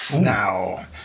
now